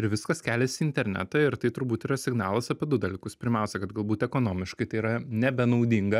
ir viskas keliasi į internetą ir tai turbūt yra signalas apie du dalykus pirmiausia kad galbūt ekonomiškai tai yra nebenaudinga